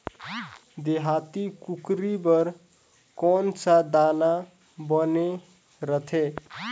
देहाती कुकरी बर कौन सा दाना बने रथे?